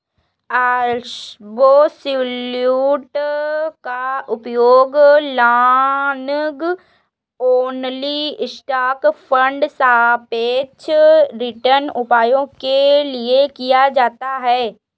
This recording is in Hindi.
अब्सोल्युट का उपयोग लॉन्ग ओनली स्टॉक फंड सापेक्ष रिटर्न उपायों के लिए किया जाता है